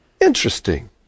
Interesting